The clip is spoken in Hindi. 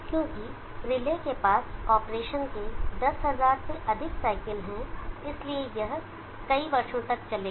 क्योंकि रिले के पास ऑपरेशन के 10000 से अधिक साइकिल हैं इसलिए यह कई वर्षों तक चलेगा